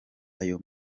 ayo